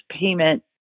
payment